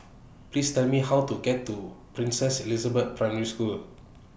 Please Tell Me How to get to Princess Elizabeth Primary School